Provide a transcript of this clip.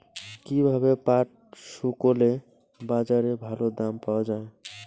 কীভাবে পাট শুকোলে বাজারে ভালো দাম পাওয়া য়ায়?